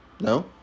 No